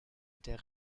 der